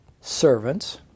servants